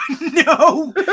No